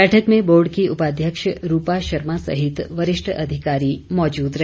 बैठक में बोर्ड की उपाध्यक्ष रूपा शर्मा सहित वरिष्ठ अधिकारी मौजूद रहे